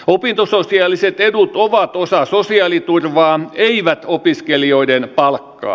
opintososiaaliset edut ovat osa sosiaaliturvaa eivät opiskelijoiden palkkaa